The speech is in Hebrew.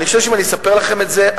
אני חושב שאם אני אספר לכם את זה,